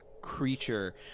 creature